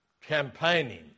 campaigning